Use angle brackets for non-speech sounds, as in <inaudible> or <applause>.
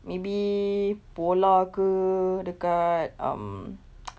maybe polar ke dekat um <noise>